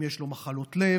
אם יש לו מחלות לב,